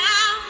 Now